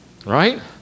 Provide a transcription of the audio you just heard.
right